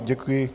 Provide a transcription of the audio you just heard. Děkuji.